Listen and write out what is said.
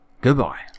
Goodbye